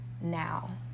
now